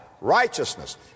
righteousness